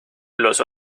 los